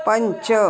पञ्च